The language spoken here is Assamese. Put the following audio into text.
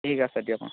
ঠিক আছে দিয়ক অঁ